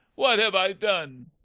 what have i done?